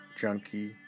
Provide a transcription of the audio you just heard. Junkie